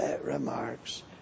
remarks